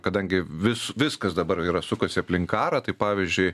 kadangi vis viskas dabar yra sukasi aplink karą tai pavyzdžiui